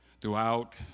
Throughout